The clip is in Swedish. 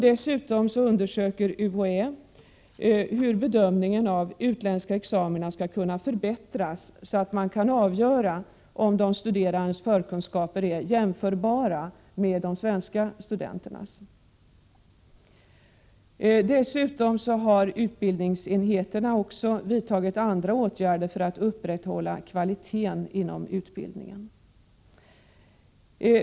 Dessutom undersöker UHÄ hur bedömningen av utländska examina skall kunna förbättras så att man kan avgöra om de utländska studenternas förkunskaper är jämförbara med de svenska studenternas. Dessutom har utbildningsenheterna vidtagit vissa andra åtgärder för att upprätthålla kvaliteten inom utbildningen.